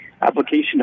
application